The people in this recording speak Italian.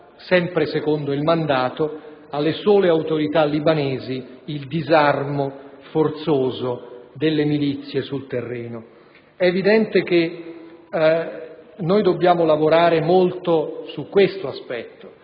sempre secondo il mandato, spetta alle sole autorità libanesi il disarmo forzoso delle milizie sul terreno. È evidente che dobbiamo lavorare molto su questo aspetto: